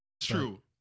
True